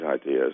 ideas